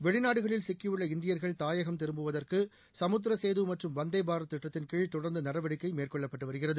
வெளிநாடுகளில் சிக்கியுள்ள இந்தியர்கள் தாயகம் திருப்புவதற்கு சமுத்திர சேது மற்றும் வந்தே பாரத் திட்டத்தின்கீழ் தொடர்ந்து நடவடிக்கை மேற்கொள்ளப்பட்டு வருகிறது